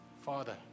Father